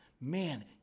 man